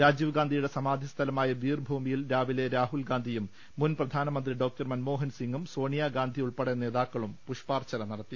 രാജീവ് ഗാന്ധിയുടെ സമാധി സ്ഥല മായ വീർഭൂമിയിൽ രാവിലെ രാഹുൽ ഗാന്ധിയും മുൻ പ്രധാന മന്ത്രി ഡോ മൻമോഹൻ സിംഗും സോണിയാഗാന്ധി ഉൾപ്പെടെ നേതാക്കളും പുഷ്പാർച്ചന നടത്തി